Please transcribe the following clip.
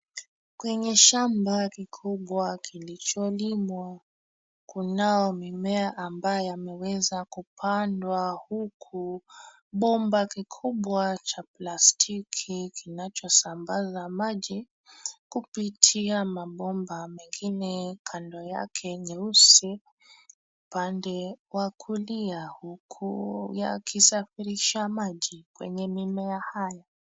Kwenye shamba kikubwa kilicholimwa kunao mimea ambayo yameweza kupandwa, huku bomba kikubwa cha plastiki kinachosambaza maji, kupitia mabomba mengine kando yake, nyeusi upande wa kulia huku yakisafirisha maji kwenye mimea hayo.